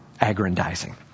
aggrandizing